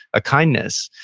a kindness,